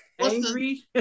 Angry